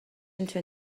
into